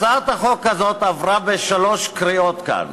הצעת החוק הזאת עברה בשלוש קריאות כאן,